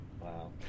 Wow